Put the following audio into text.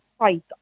right